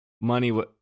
money